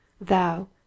thou